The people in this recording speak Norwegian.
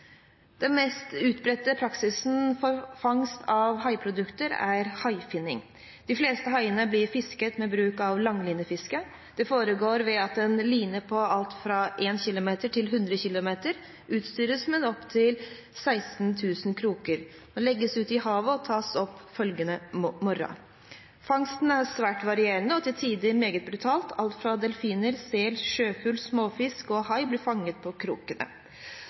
Den mest utbredte praksisen for fangst av haifinneprodukter er «haifinning». De fleste haiene blir fisket med bruk av langline. Det foregår ved at en line på alt fra én kilometer til 100 kilometer, utstyrt med opptil 16 000 kroker, legges ut i havet og tas opp påfølgende morgen. Fangsten er svært variert og til tider meget brutal. Alt fra delfiner, sel, sjøfugl, småfisk og hai blir fanget på krokene.